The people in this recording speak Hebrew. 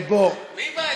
בוא, מי בא אליכם?